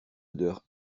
odeur